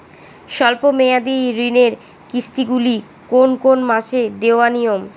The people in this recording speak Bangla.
স্বল্প মেয়াদি ঋণের কিস্তি গুলি কোন কোন মাসে দেওয়া নিয়ম?